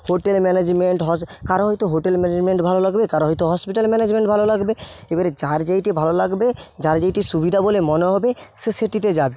hotel management কারো হয়তো hotel management ভালো লাগবে কারো হয়তো হসপিটাল ম্যানেজমেন্ট ভালো লাগবে এবারে যার যেইটি ভালো লাগবে যার যেইটি সুবিধা বলে মনে হবে সে সেটিতে যাবে